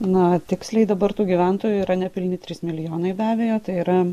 na tiksliai dabar tų gyventojų yra nepilni trys milijonai be abejo tai yra